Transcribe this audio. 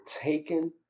taken